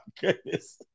goodness